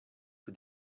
who